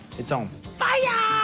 it's on fire